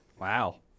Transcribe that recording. Wow